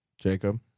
jacob